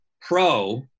Pro